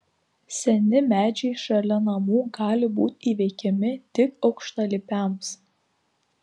seni medžiai šalia namų gali būti įveikiami tik aukštalipiams